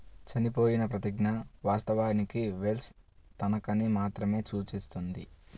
చనిపోయిన ప్రతిజ్ఞ, వాస్తవానికి వెల్ష్ తనఖాని మాత్రమే సూచిస్తుంది